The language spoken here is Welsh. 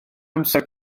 amser